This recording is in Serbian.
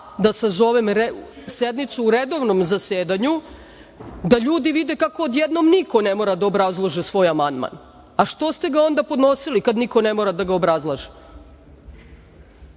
da sazovem sednicu u redovnom zasedanju, da ljudi vide kako odjednom niko ne mora da obrazlaže svoj amandman. A zašto ste ga onda podnosili kad niko ne mora da ga obrazlaže?